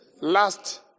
Last